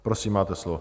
Prosím, máte slovo.